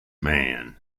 man